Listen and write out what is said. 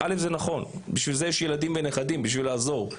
זה נכון, בשביל זה יש ילדים ונכדים, בשביל לעזור.